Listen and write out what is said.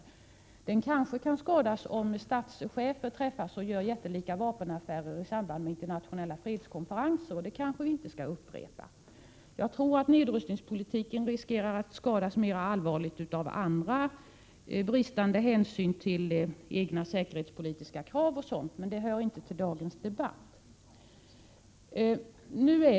Förtroendet kanske kan skadas om statschefer gör jättelika vapenaffärer i samband med internationella fredskonferenser, och sådant skall vi måhända inte upprepa. Jag tror att nedrustningspolitiken riskerar att skadas mera allvarligt av bristande hänsyn till egna säkerhetspolitiska krav och sådant, men det hör inte till dagens debatt.